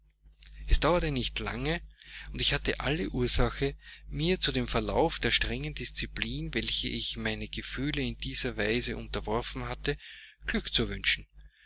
es dauerte nicht lange und ich hatte alle ursache mir zu dem verlauf der strengen disziplin welcher ich meine gefühle in dieser weise unterworfen hatte glück zu wünschen